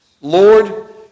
Lord